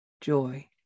Joy